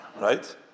right